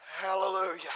hallelujah